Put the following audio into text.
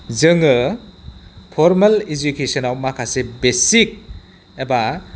जोङो फर्मेल इडुकेसनाव माखासे बेसिक एबा